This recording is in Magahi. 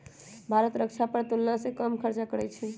भारत रक्षा पर तुलनासे कम खर्चा करइ छइ